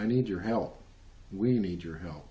i need your help we need your help